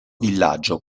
villaggio